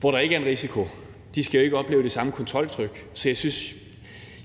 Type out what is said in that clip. hvor der ikke er en risiko, jo ikke opleve det samme kontroltryk. Så